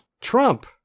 Trump